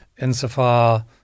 insofar